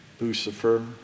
Lucifer